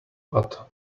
but